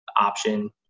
option